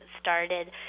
started